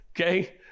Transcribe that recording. okay